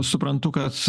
suprantu kad